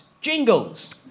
jingles